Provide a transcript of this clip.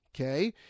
okay